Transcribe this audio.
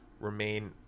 remain